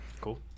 Cool